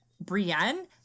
Brienne